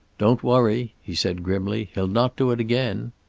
don't worry, he said grimly. he'll not do it again.